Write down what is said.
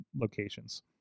locations